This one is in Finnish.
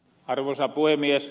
arvoisa puhemies